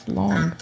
long